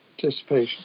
participation